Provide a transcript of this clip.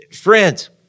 Friends